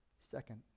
Second